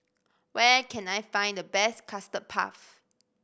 where can I find the best Custard Puff